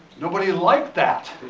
nobody liked that!